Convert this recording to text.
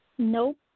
Nope